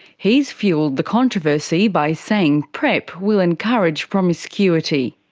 he's fuelled the controversy by saying prep will encourage promiscuity.